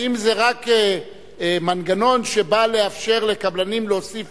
אם זה רק מנגנון שבא לאפשר לקבלנים להוסיף